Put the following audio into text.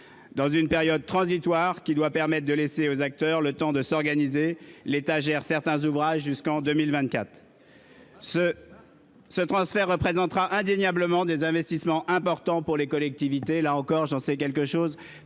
Dans une période transitoire, qui doit permettre de laisser aux acteurs le temps de s'organiser, l'État gérera certains ouvrages jusqu'en 2024. Ce transfert représentera indéniablement des investissements importants pour les collectivités, ... Elles souffrent !... là encore, j'en sais quelque chose,